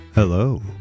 Hello